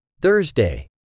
Thursday